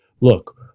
look